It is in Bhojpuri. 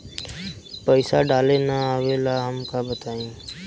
पईसा डाले ना आवेला हमका बताई?